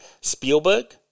Spielberg